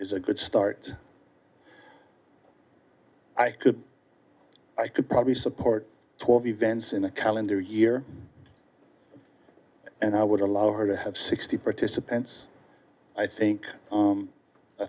is a good start i could i could probably support twelve events in a calendar year and i would allow her to have sixty participants i think